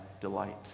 delight